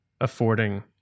affording